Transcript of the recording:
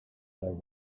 per